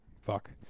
Fuck